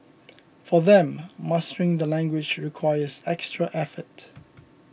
for them mastering the language requires extra effort